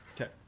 Okay